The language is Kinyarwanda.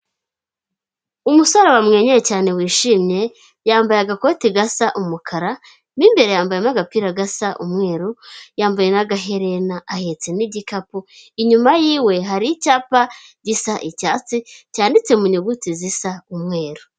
Umusore wamwenyuye cyane wishimye yambaye agakote gasa umukara mu imbere yanmbayemo agapira gasa umweru, yambaye n'agaherena ahetse n'igikapu. Inyuma yiwe hari icyapa gisa icyatsi cyanditse mu nyuguti zisa umweru.